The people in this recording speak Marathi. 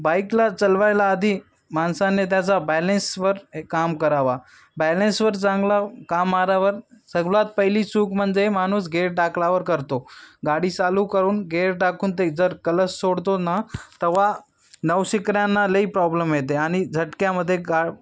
बाईकला चालवायला आधी माणसाने त्याचा बॅलेन्सवर हे काम करावा बॅलेन्सवर चांगला काम मारावर सगळात पहिली चूक म्हणजे माणूस गेअर टाकलावर करतो गाडी चालू करून गेअर टाकून ते जर कलस सोडतो ना तेव्हा नवशिकऱ्यांना लई प्रॉब्लेम येते आणि झटक्यामध्ये गा